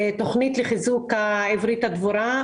תכנית לחיזוק העברית הדבורה.